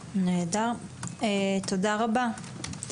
תודה רבה.